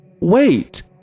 wait